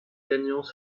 gagnants